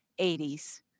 80s